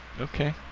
Okay